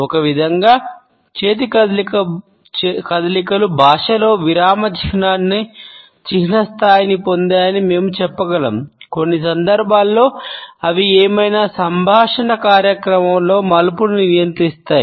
ఒక విధంగా చేతి కదలికలు భాషలో విరామచిహ్న స్థానాన్ని పొందాయని మేము చెప్పగలం కొన్ని సందర్భాల్లో అవి ఏదైనా సంభాషణ కార్యక్రమంలో మలుపును నియంత్రిస్తాయి